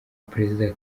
perezida